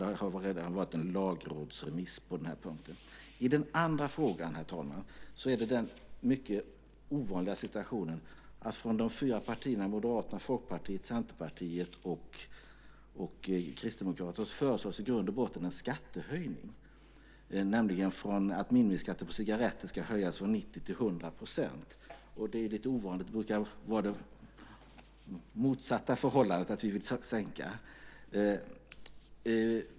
Det har redan varit en lagrådsremiss på den här punkten. I den andra frågan har vi den mycket ovanliga situationen att det från de fyra partierna Moderaterna, Folkpartiet, Centerpartiet och Kristdemokraterna i grund och botten föreslås en skattehöjning, nämligen att minimiskatten på cigaretter ska höjas från 90 till 100 %. Det är lite ovanligt. Det brukar vara det motsatta förhållandet, att vi vill sänka.